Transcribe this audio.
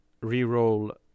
re-roll